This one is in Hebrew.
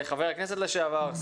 לחבר הכנסת לשעבר,